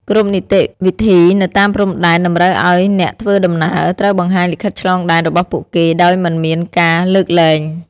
គ្រប់នីតិវិធីនៅតាមព្រំដែនតម្រូវឱ្យអ្នកធ្វើដំណើរត្រូវបង្ហាញលិខិតឆ្លងដែនរបស់ពួកគេដោយមិនមានការលើកលែង។